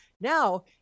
Now